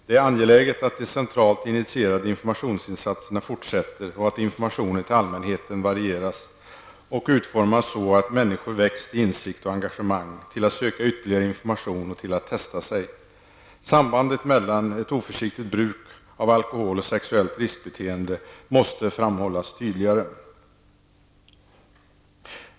Det är angeläget att centralt initierade informationsinsatser görs även i fortsättningen samt att informationen till allmänheten varieras och utformas så, att människor väcker till insikt och engagemang, till att söka ytterligare information och till att testa sig. Sambandet mellan ett oförsiktigt bruk av alkohol och sexuellt riskbeteende måste framhållas tydligare.